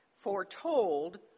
foretold